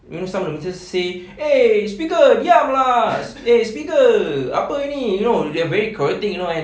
you know some of the ministers say eh speaker diam lah eh speaker apa ini you know they are very chaotic you know and